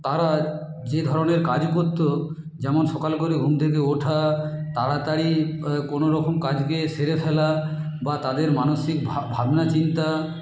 তারা যে ধরনের কাজ করতো যেমন সকাল করে ঘুম থেকে ওঠা তাড়াতাড়ি কোনোরকম কাজকে সেরে ফেলা বা তাদের মানসিক ভাবনা চিন্তা